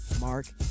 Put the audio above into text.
Mark